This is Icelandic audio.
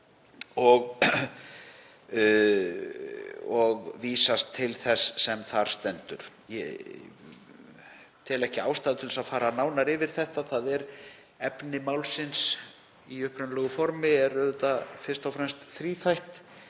og vísast til þess sem þar stendur. Ég tel ekki ástæðu til að fara nánar yfir þetta, en efni málsins í upprunalegu formi er fyrst og fremst þríþætt.